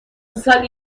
سال